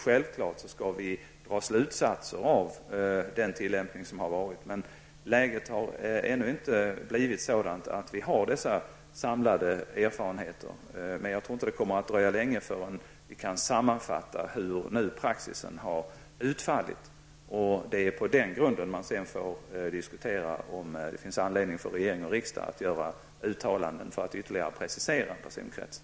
Självfallet skall vi dra slutsatser av den tillämpning som skett, men läget har ännu inte blivit sådant att vi har dessa samlade erfarenheter. Men jag tror inte att det kommer att dröja länge tills vi kan sammanfatta hur praxis har utfallit. På den grunden kan man sedan föra en diskussion om det finns anledning för regering och riksdag att göra uttalanden för att ytterligare precisera personkretsen.